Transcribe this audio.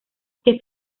que